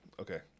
Okay